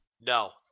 No